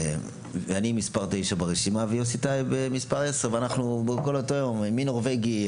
ואני מס' 9 ברשימה ויוסי טייב מס' 10. ואנחנו בכל אותו יום: מי נורבגי?